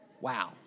wow